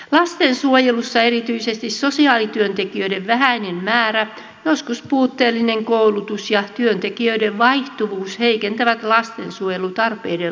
lastensuojelussa erityisesti sosiaalityöntekijöiden vähäinen määrä joskus puutteellinen koulutus ja työntekijöiden vaihtuvuus heikentävät lastensuojelupalveluiden laatua